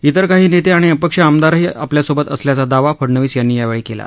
इतर काही नेते आणि अपक्ष आमदारही आपल्यासोबत असल्याचा दावा फडणवीस यांनी यावेळी केला